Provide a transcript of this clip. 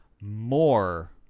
more